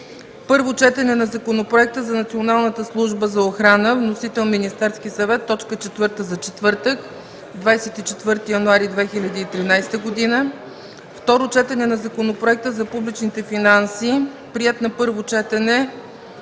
Първо четене на Законопроекта за Националната служба за охрана. Вносител е Министерският съвет – точка четвърта за четвъртък, 24 януари 2013 г. 7. Второ четене на Законопроекта за публичните финанси, приет на първо четене